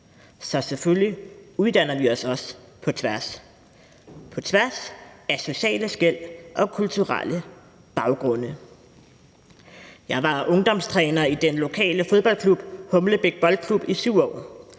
så selvfølgelig uddanner vi os også på tværs – på tværs af sociale skel og kulturelle baggrunde. Jeg var ungdomstræner i den lokale fodboldklub, Humlebæk Boldklub, i 7 år,